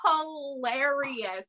hilarious